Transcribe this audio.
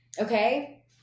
Okay